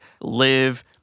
live